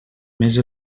més